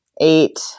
eight